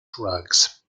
drugs